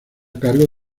cargo